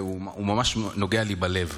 והוא ממש נוגע לי בלב.